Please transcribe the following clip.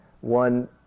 One